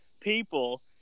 people